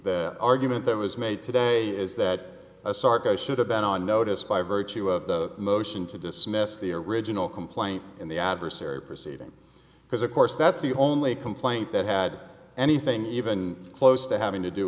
that argument that was made today is that asarco should have been on notice by virtue of the motion to dismiss the original complaint in the adversary proceeding because of course that's the only complaint that had anything even close to having to do